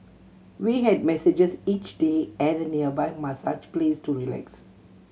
we had massages each day at a nearby massage place to relax